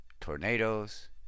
tornadoes